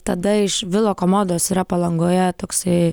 tada iš vilo komodos yra palangoje toksai